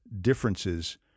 differences